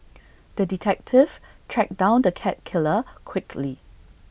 the detective tracked down the cat killer quickly